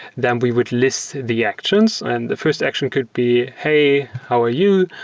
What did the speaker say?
then we would list the actions, and the first section could be, hey, how are you?